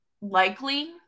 likely